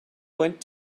went